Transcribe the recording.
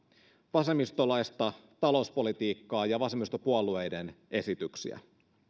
vasemmistolaista talouspolitiikkaa ja vasemmistopuolueiden esityksiä